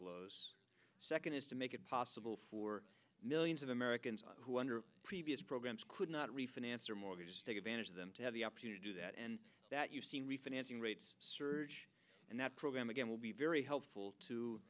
close second is to make it possible for millions of americans who under previous programs could not refinance or mortgages take advantage of them to have the opportunity to do that and that you've seen refinancing rates surge and that program again will be very helpful to